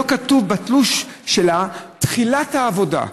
לא כתובה תחילת העבודה.